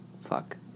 Fuck